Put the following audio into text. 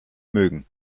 mögen